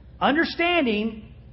Understanding